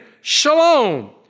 shalom